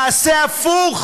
נעשה הפוך: